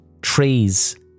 Trees